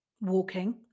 walking